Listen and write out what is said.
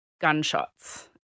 gunshots